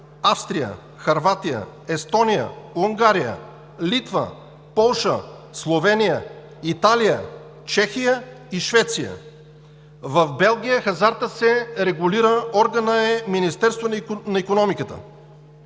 Австрия, Хърватия, Естония, Унгария, Литва, Полша, Словения, Италия, Чехия и Швеция. В Белгия хазартът се регулира и органът е Министерството на икономиката;